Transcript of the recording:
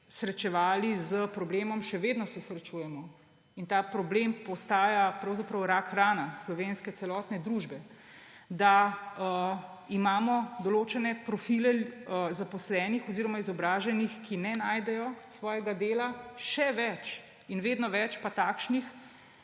srečevali s problemom, še vedno se srečujemo, in ta problem postaja pravzaprav rakrana celotne slovenske družbe, da imamo določene profile zaposlenih oziroma izobraženih, ki ne najdejo svojega dela; še več in vedno več pa takšnih